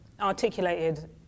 articulated